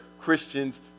Christians